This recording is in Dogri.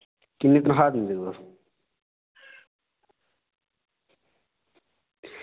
किन्नी तन्खाह् दिंदे तुस